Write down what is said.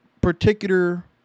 particular